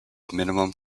minimum